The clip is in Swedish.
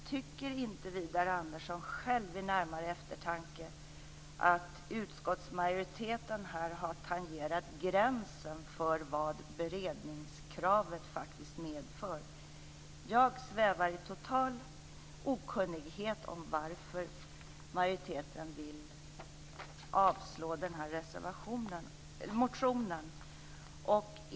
Tycker inte Widar Andersson, vid närmare eftertanke, att utskottsmajoriteten har tangerat gränsen för vad beredningskravet faktiskt medför? Jag svävar i total okunnighet om varför majoriteten vill avslå motionen.